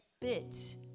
bit